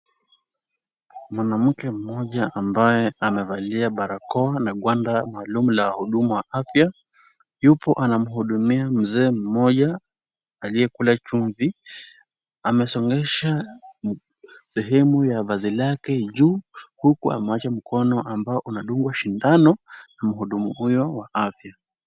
Mwanamke mmoja ambaye amevalia barakoa na gwanda maalum la wahudumu wa afya yupo anamhudumia mzee mmoja aliyekula chumvi. Amesongesha sehemu ya vazi lake juu huku amewacha mkono ambao unadungwa sindano mhudumu huyo wa afya.